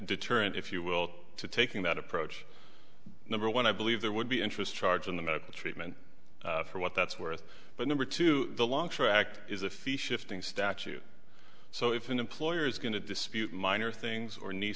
deterrent if you will to taking that approach number one i believe there would be interest charge in the medical treatment for what that's worth but number two the longer act is a fee shifting statute so if an employer is going to dispute minor things or knee